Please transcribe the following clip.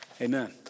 Amen